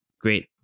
great